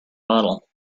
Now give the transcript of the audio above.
bottle